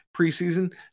preseason